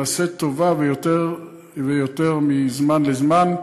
נעשית טובה יותר ויותר מזמן לזמן.